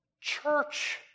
church